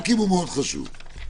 לא,